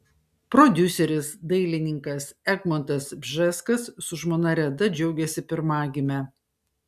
prodiuseris dailininkas egmontas bžeskas su žmona reda džiaugiasi pirmagime